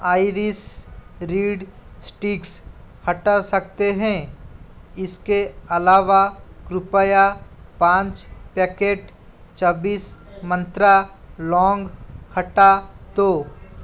iris reed sticks हटा सकते हैं इसके अलावा कृपया पाँच पैकेट मंत्रा लौंग हटा दो